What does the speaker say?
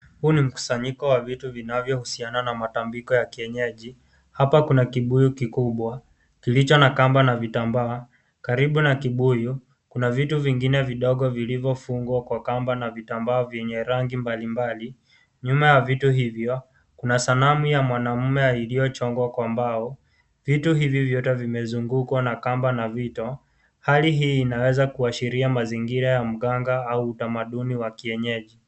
Huu ni mkusanyiko wa vitu vinanvyohusiana na matambiko ya kienyeji. Hapa kuna kibuyu kikubwa kilicho na kamba na vitambaa. Karibu na kibuyu kuna vitu vingine vidogo vilivyofungwa kwa kamba na vitambaa vyenye rangi mbalimbali. Nyuma ya vitu hivyo, kuna sanamu ya mwanume iliyochongwa kwa mbao . Vitu hivi vyote vimezungukwa kwa kamba na vito. Hali hii inaweza kuashiria mazingira ya mganga au utamaduni wa kienyeji.